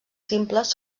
simples